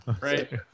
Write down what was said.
Right